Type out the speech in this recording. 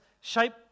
shape